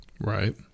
Right